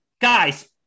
guys